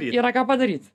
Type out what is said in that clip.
yra ką padaryt